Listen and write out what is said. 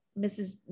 Mrs